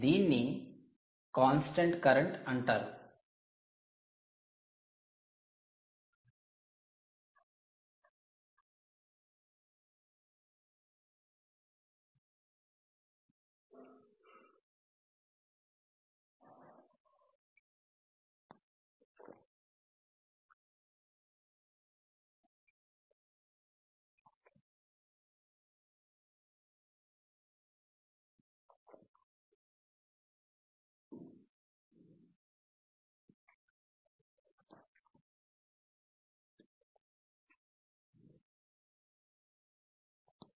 దీన్ని 'constant current' 'constant current' అంటారు